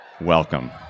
welcome